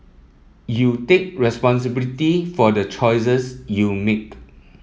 you take responsibility for the choices you make